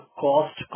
cost